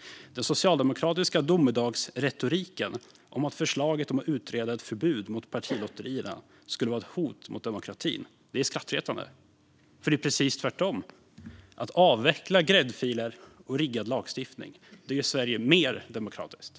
Den socialdemokratiska domedagsretoriken om att förslaget om att utreda ett förbud mot partilotterier skulle vara ett hot mot demokratin är skrattretande. Det är ju precis tvärtom: Att avveckla gräddfiler och riggad lagstiftning gör Sverige mer demokratiskt.